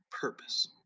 purpose